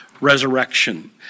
resurrection